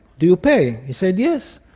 do you pay? he said, yes.